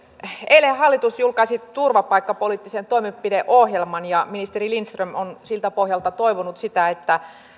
eilen hallitus julkaisi turvapaikkapoliittisen toimenpideohjelman ja ministeri lindström on siltä pohjalta toivonut sitä että